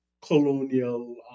Colonial